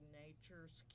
nature's